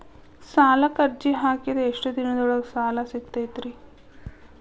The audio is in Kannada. ಸಾಲಕ್ಕ ಅರ್ಜಿ ಹಾಕಿದ್ ಎಷ್ಟ ದಿನದೊಳಗ ಸಾಲ ಸಿಗತೈತ್ರಿ?